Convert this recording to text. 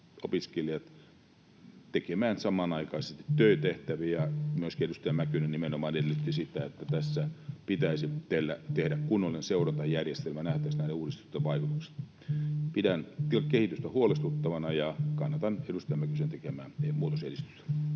opiskelijat tekemään samanaikaisesti työtehtäviä. Myöskin edustaja Mäkynen nimenomaan edellytti sitä, että tässä pitäisi tehdä kunnollinen seurantajärjestelmä, että nähtäisiin näiden uudistusten vaikutukset. Pidän kehitystä huolestuttavana, ja kannatan edustaja Mäkysen tekemää muutosesitystä.